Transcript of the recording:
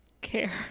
care